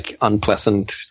unpleasant